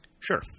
sure